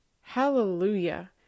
Hallelujah